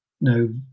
no